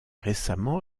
récemment